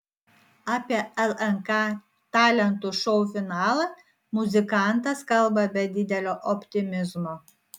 apie lnk talentų šou finalą muzikantas kalba be didelio optimizmo